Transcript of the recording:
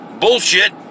Bullshit